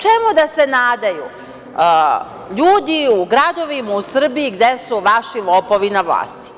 Čemu da se nadaju ljudi u gradovima u Srbiji gde su vaši lopovi na vlasti?